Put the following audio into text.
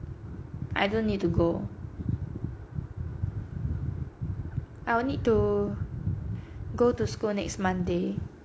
I don't need to go I will need to go to school next monday